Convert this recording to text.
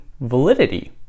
validity